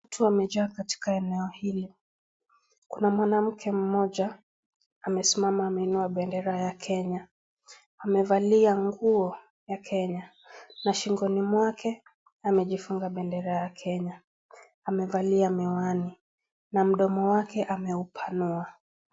Watu wamejaa katika eneo hili, kuna mwanamke mmoja amesimama ameinua bendera ya Kenya. Amevalia nguo ya Kenya na shingoni mwake amejifunga bendera ya Kenya, amevalia miwani na mdomo wake ameupanua.